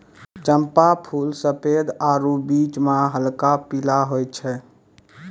चंपा फूल सफेद आरु बीच मह हल्क पीला होय छै